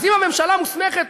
אז אם הממשלה מוסמכת,